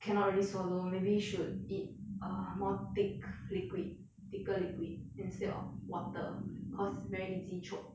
cannot really swallow maybe should eat uh more thick liquid thicker liquid instead of water cause very easy choke